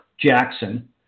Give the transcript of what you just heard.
Jackson